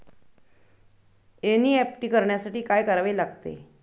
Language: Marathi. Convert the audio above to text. एन.ई.एफ.टी करण्यासाठी काय करावे लागते?